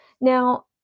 Now